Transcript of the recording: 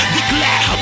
declare